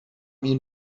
این